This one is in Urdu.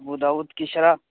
ابوداؤد کی شرح